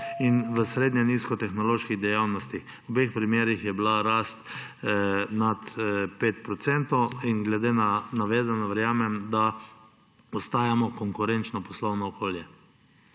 in v srednje nizko tehnološko zahtevnih dejavnostih. V obeh primerih je bila rast nad 5 %. Glede na navedeno verjamem, da ostajamo konkurenčno poslovno okolje.